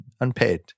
Unpaid